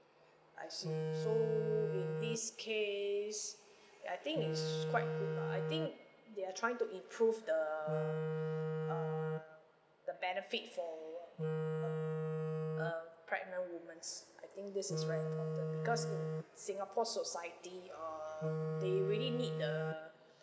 I see so with this case I think it's quite good lah I think they're trying to improve the err the benefit for uh uh pregnant womens I think this is very important because in singapore society err they really need the